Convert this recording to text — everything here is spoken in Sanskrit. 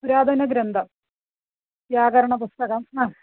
पुरातनग्रन्थः व्याकरणपुस्तकं